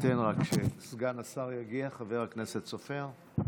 המתן רק שסגן השר יגיע, חבר הכנסת סופר.